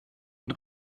und